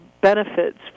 benefits